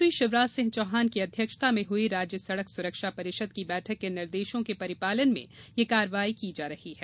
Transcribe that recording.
मुख्यमंत्री शिवराज सिंह चौहान की अध्यक्षता में हुई राज्य सड़क सुरक्षा परिषद की बैठक के निर्देशों के परिपालन में यह कार्यवाही की जा रही है